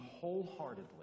wholeheartedly